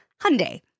Hyundai